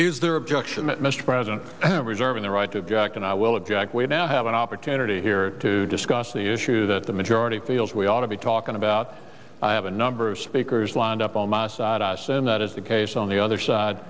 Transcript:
is their objection that mr president and i reserve the right to object and i will object we now have an opportunity here to discuss the issue that the majority feels we ought to be talking about i have a number of speakers lined up on my side i said that is the case on the other side